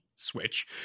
Switch